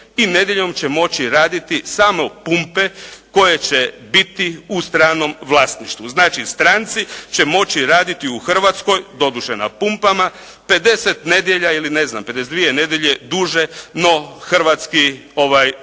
i nedjeljom će moći raditi samo pumpe koje će biti u stranom vlasništvu. Znači stranci će moći raditi u Hrvatskoj, doduše na pumpama, 50 nedjelja ili 52 nedjelje duže no hrvatski trgovci.